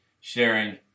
sharing